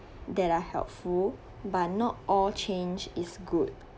that are helpful but not all change is good